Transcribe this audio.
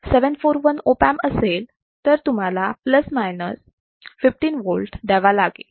जर तो 741 असेल तर तुम्हाला प्लस मायनस 15 volts द्यावा लागेल